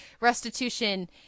Restitution